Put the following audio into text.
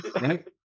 right